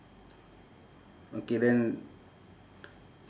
okay then